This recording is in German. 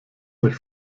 euch